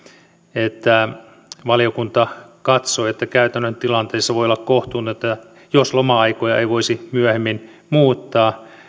että valiokunta katsoo että käytännön tilanteissa voi olla kohtuutonta jos loma aikoja ei voisi myöhemmin muuttaa